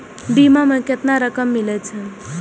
बीमा में केतना रकम मिले छै?